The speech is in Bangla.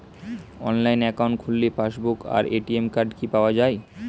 অনলাইন অ্যাকাউন্ট খুললে পাসবুক আর এ.টি.এম কার্ড কি পাওয়া যায়?